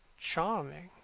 charming!